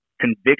Conviction